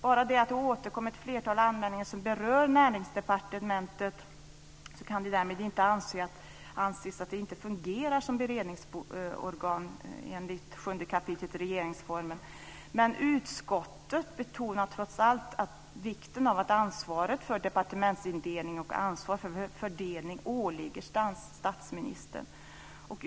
Bara för att det har återkommit ett flertal anmälningar som berör Näringsdepartementet kan det därmed inte anses att det inte fungerar som beredningsorgan, enligt 7 kap. regeringsformen. Men utskottet betonar trots allt vikten av att ansvaret för departementsindelning och ansvaret för fördelning åligger statsministern.